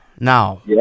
Now